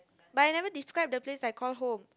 but I never describe the place I call home